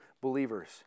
believers